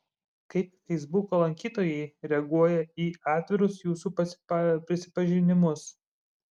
kaip feisbuko lankytojai reaguoja į atvirus jūsų prisipažinimus